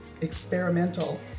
experimental